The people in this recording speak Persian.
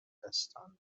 دستان